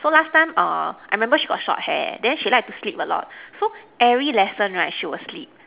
so last time err I remember she got short hair then she like to sleep a lot so every lesson right she will sleep